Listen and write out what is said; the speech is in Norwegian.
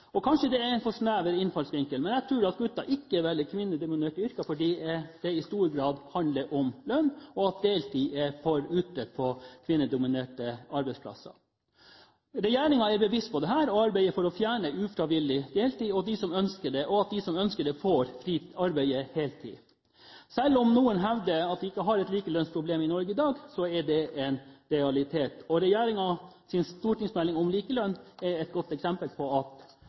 yrker. Kanskje det er en for snever innfallsvinkel, men jeg tror at gutter ikke velger kvinnedominerte yrker fordi det i stor grad handler om lønn, og at deltid er for utbredt på kvinnedominerte arbeidsplasser. Regjeringen er bevisst på dette og arbeider for å fjerne ufrivillig deltid, og at de som ønsker, får arbeide heltid. Selv om noen hevder at vi ikke har et likelønnsproblem i Norge i dag, er det en realitet. Regjeringens stortingsmelding om likelønn er et godt eksempel på at